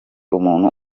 umuntu